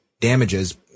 damages